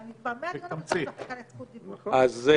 אדוני היושב-ראש, אולי אני יכולה לקבל זכות דיבור?